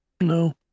No